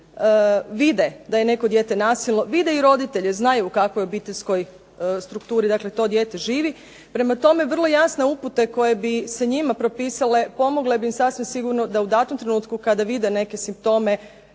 sati, vide da je neko dijete nasilno, vide i roditelje, znaju u kakvoj obiteljskoj strukturi dakle to dijete živi, prema tome, vrlo jasne upute koje bi se njima propisale pomogle bi im sasvim sigurno da u datom trenutku kada vide neke simptome